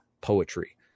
poetry